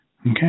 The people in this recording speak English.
Okay